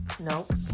Nope